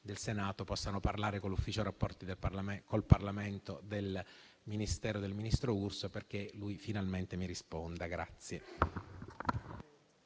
del Senato possano parlare con l'ufficio rapporti con il Parlamento del Ministero del ministro Urso perché finalmente mi risponda.